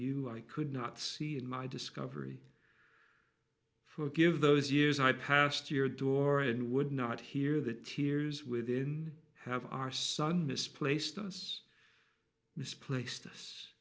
you i could not see in my discovery forgive those years i passed your door and would not hear that hears within have our son misplaced us misplaced